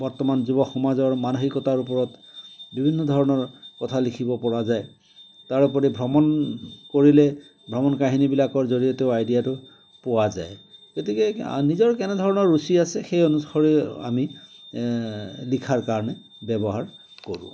বৰ্তমান যুৱ সমাজৰ মানসিকতাৰ ওপৰত বিভিন্ন ধৰণৰ কথা লিখিব পৰা যায় তাৰোপৰি ভ্ৰমণ কৰিলে ভ্ৰমণ কাহিনীবিলাকৰ জৰিয়তেও আইডিয়াটো পোৱা যায় গতিকে নিজৰ কেনেধৰণৰ ৰুচি আছে সেই অনুসৰি আমি লিখাৰ কাৰণে ব্যৱহাৰ কৰোঁ